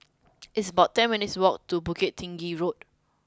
it's about ten minutes' walk to Bukit Tinggi Road